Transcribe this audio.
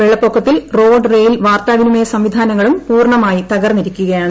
വെള്ളപ്പൊക്കത്തിൽ road rail വാർത്താവിനിമയ സംവിധാനങ്ങളും പൂർണ്ണമായി തകർന്നിരിക്കുകയാണ്